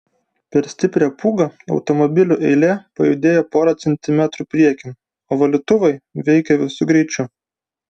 per stiprią pūgą automobilių eilė pajudėjo porą centimetrų priekin o valytuvai veikė visu greičiu